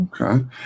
Okay